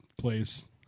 place